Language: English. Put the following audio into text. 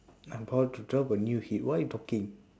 i'm about to drop a new hit what are you talking